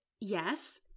Yes